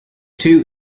two